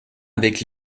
avec